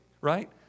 right